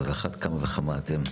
אז על אחת כמה וכמה אתם.